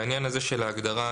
בעניין הזה של ההגדרה,